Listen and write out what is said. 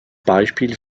beispiel